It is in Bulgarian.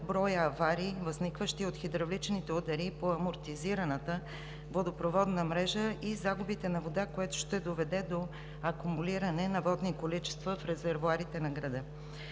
броят на авариите, възникващи от хидравличните удари по амортизираната водопроводна мрежа, и загубите на водата, което ще доведе до акумулиране на водни количества в резервоарите на града.